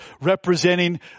representing